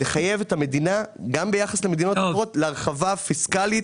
תחייב את המדינה להרחבה פיסקאלית.